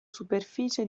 superficie